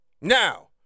Now